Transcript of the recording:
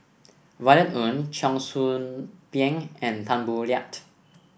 Violet Oon Cheong Soo Pieng and Tan Boo Liat